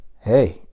hey